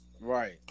right